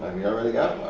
i mean already got